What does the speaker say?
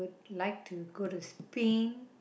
like to go to Spain